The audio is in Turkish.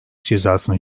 cezasını